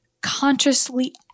consciously